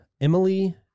Emily